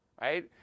right